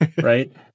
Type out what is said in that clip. right